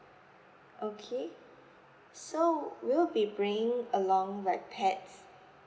okay so will you be bringing along like pets